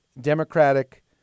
democratic